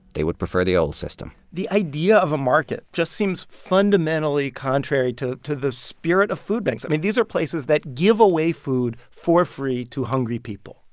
they would prefer the old system the idea of a market just seems fundamentally contrary to to the spirit of food banks. i mean, these are places that give away food for free to hungry people.